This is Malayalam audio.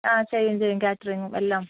ആ ചെയ്യും ചെയ്യും കാറ്ററിംഗും എല്ലാം